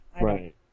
Right